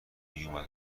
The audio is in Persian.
میومد